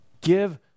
Give